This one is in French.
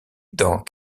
dans